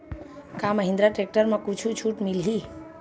का महिंद्रा टेक्टर म कुछु छुट मिलही?